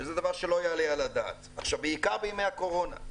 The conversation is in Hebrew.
שזה דבר שלא יעלה על הדעת, בעיקר בימי הקורונה.